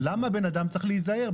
למה בן אדם צריך להיזהר,